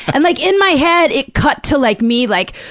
and, like, in my head, it cut to, like, me, like,